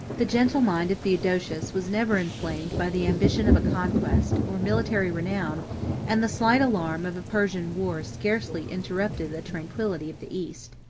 the gentle mind of theodosius was never inflamed by the ambition of conquest, or military renown and the slight alarm of a persian war scarcely interrupted the tranquillity of the east.